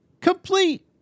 complete